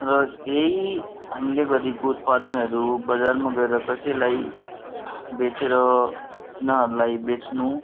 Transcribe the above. र यही हामीले गरेको उत्पादनहरू बजारमा गएर कसैलाई बेचेर तिनीहरूलाई बेच्नु